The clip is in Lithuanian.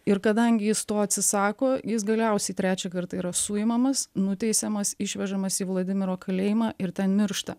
ir kadangi jis to atsisako jis galiausiai trečią kartą yra suimamas nuteisiamas išvežamas į vladimiro kalėjimą ir ten miršta